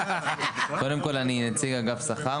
קודם כל אני נציג אגף השכר,